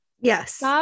yes